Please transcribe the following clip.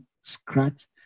scratch